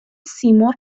سیمرغ